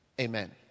Amen